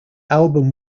album